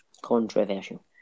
controversial